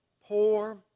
poor